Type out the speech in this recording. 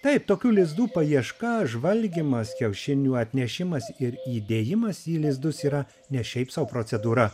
taip tokių lizdų paieška žvalgymas kiaušinių atnešimas ir įdėjimas į lizdus yra ne šiaip sau procedūra